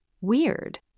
Weird